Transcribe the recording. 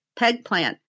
Pegplant